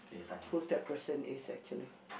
who that person is actually